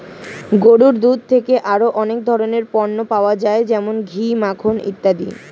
গরুর দুধ থেকে আরো অনেক ধরনের পণ্য পাওয়া যায় যেমন ঘি, মাখন ইত্যাদি